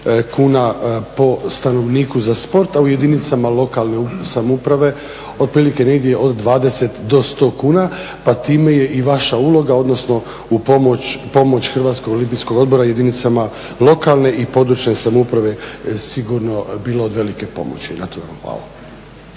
kuna po stanovniku za sport, a u jedinicama lokalne samouprave otprilike negdje od 20 do 100 kuna pa time je i vaša uloga, odnosno pomoć Hrvatskoj olimpijskog odbora jedinicama lokalne i područne samouprave sigurno bila od velike pomoći. Na